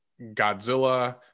godzilla